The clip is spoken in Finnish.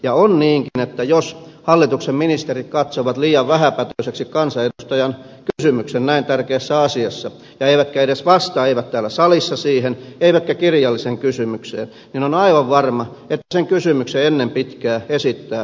ja on niinkin että jos hallituksen ministerit katsovat liian vähäpätöiseksi kansanedustajan kysymyksen näin tärkeässä asiassa eivätkä edes vastaa siihen eivät täällä salissa eivätkä kirjalliseen kysymykseen niin on aivan varma että sen kysymyksen ennen pitkää esittää markkinavoimat